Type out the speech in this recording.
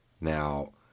Now